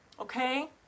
okay